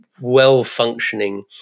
well-functioning